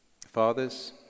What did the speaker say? Fathers